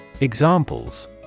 Examples